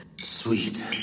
Sweet